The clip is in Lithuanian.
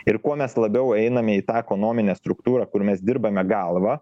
ir kuo mes labiau einame į tą ekonominę struktūrą kur mes dirbame galva